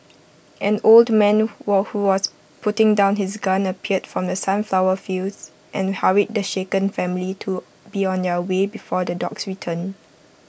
an old man who was putting down his gun appeared from the sunflower fields and hurried the shaken family to be on their way before the dogs return